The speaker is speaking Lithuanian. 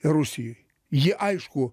rusijoj jie aišku